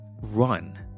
run